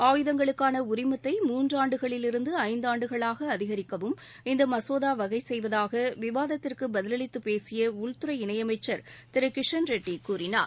ஆயுதங்களுக்கான உரிமத்தை மூன்றாண்டுகளிலிருந்து ஐந்தாண்டுகளாக அதிகரிக்கவும் இந்த மசோதா வகைசெய்வதாக விவாதத்திற்கு பதிலளித்து பேசிய உள்துறை இணையமைச்ச் திரு கிஷன் ரெட்டி கூறினார்